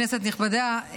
כנסת נכבדה,